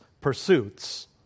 pursuits